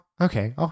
okay